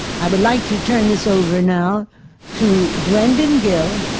i would like to turn this over now to brendan gil,